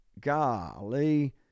golly